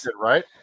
right